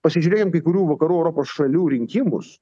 pasižiūrėjom kai kurių vakarų europos šalių rinkimus